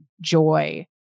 joy